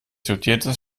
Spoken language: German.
jodiertes